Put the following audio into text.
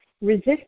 resist